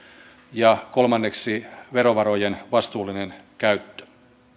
ja kolmanneksi verovarojen vastuullinen käyttö